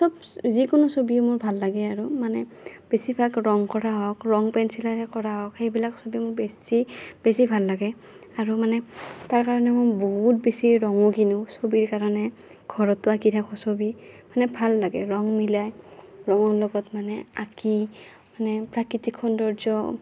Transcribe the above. চব যিকোনো ছবিয়ে মোৰ ভাল লাগে আৰু মানে বেছি ভাগ ৰং কৰা হওঁক ৰং পেঞ্চিলেৰে কৰা হওঁক সেইবিলাক ছবি মোক বেছি বেছি ভাল লাগে আৰু মানে তাৰ কাৰণে মই বহুত বেছি ৰঙো কিনো ছবিৰ কাৰণে ঘৰতো আঁকি থাকোঁ ছবি মানে ভাল লাগে ৰং মিলাই ৰঙৰ লগত মানে আঁকি মানে প্ৰাকৃতিক সৌন্দৰ্য